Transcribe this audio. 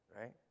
right